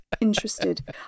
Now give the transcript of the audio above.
interested